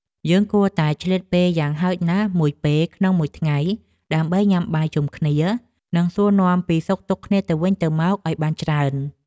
យើងគួរតែឆ្លៀតពេលយ៉ាងហោចណាស់មួយពេលក្នុងមួយថ្ងៃ ដើម្បីញ៉ាំបាយជុំគ្រួសារ និងសួរនាំពីសុខទុក្ខគ្នាទៅវិញទៅមកឲ្យបានច្រើន។